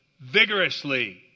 vigorously